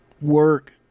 work